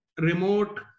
remote